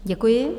Děkuji.